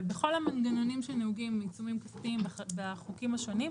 אבל בכל המנגנונים שנהוגים בהם עיצומים כספיים בחוקים השונים,